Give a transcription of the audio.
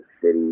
city